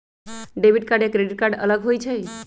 Debit card या credit card अलग होईछ ई?